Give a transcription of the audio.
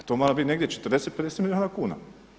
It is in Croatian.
Pa to mora biti negdje 40, 50 milijuna kuna.